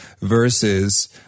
versus